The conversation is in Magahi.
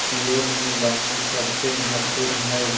उपयोग में वाहन सबसे महत्वपूर्ण हइ